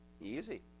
Easy